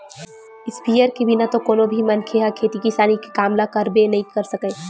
sprayer के बिना तो कोनो भी मनखे ह खेती किसानी के काम ल करबे नइ कर सकय